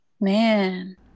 Man